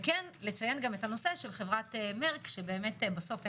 ולציין את הנושא של חברת מרק, שבסוף MSD,